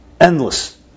endless